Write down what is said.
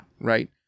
Right